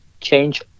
change